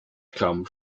come